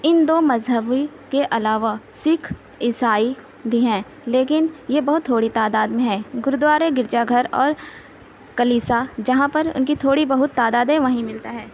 ان دو مذہبی کے علاوہ سکھ عیسائی بھی ہیں لیکن یہ بہت تھوڑی تعداد میں ہے گرودوارے گرجا گھر اور کلیسا جہاں پر ان کی تھوڑی بہت تعداد ہے وہیں ملتے ہیں